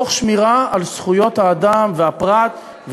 תוך שמירה על זכויות האדם והפרט,